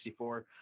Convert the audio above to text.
64